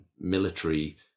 military